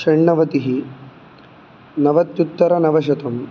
षण्णवतिः नवत्युत्तरनवशतं